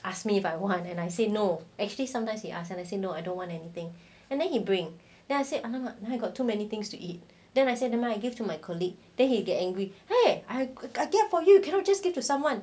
ask me if I want and I say no actually sometimes you ask and I say no I don't want anything and then he bring then I said !alamak! I got too many things to eat then I say never mind I give to my colleague then you get angry I I get for you cannot just give to someone